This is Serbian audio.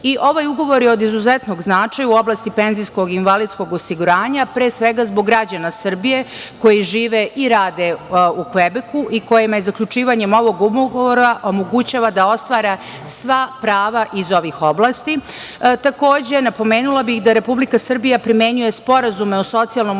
ugovor je od izuzetnog značaja u oblasti penzijskog i invalidskog osiguranja, pre svega zbog građana Srbije koji žive i rade u Kvebeku i kojima zaključivanje ovog ugovora omogućava da ostvare sva prava iz ovih oblasti. Napomenula bih da Republika Srbija primenjuje sporazume o socijalnom osiguranju